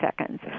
seconds